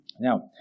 Now